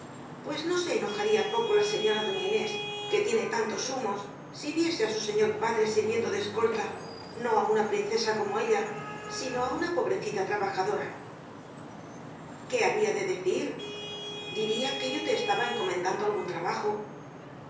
pues no se enojaría poco la señora doña inés que tiene tantos humos si viese á su señor padre sirviendo de es colta no á una princesa como ella sino á una pobrecita trabajadora qué había de decir diría que yo te estaba encomendando algún trabajo